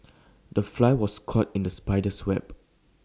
the fly was caught in the spider's web